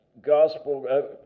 gospel